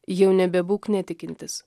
jau nebebūk netikintis